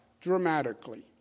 dramatically